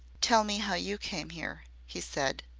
tell me how you came here, he said.